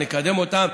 נקדם אותם,